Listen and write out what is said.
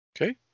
Okay